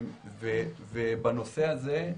בנושא הזה,